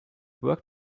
work